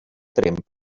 tremp